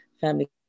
family